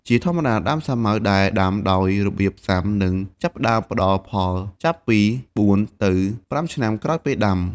ជាធម្មតា ដើមសាវម៉ាវដែលដាំដោយរបៀបផ្សាំនឹងចាប់ផ្ដើមផ្ដល់ផលចាប់ពី៤ ទៅ ៥ ឆ្នាំក្រោយពេលដាំ។